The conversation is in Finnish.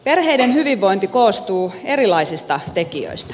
perheiden hyvinvointi koostuu erilaisista tekijöistä